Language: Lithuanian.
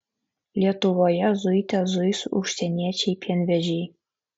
lietuvoje zuite zuis užsieniečiai pienvežiai